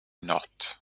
not